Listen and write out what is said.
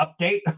update